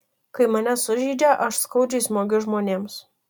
kai mane sužeidžia aš skaudžiai smogiu žmonėms